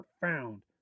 found